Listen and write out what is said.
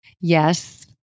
Yes